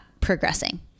progressing